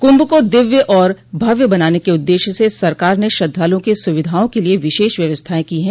क्भ को दिव्य और भव्य बनाने के उददेश्य से सरकार ने श्रद्वालुओं की सुविधाओं के लिये विशेष व्यवस्थाएं की हैं